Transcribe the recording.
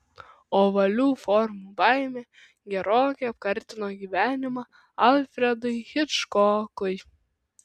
ovalių formų baimė gerokai apkartino gyvenimą alfredui hičkokui